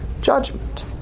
judgment